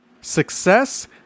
Success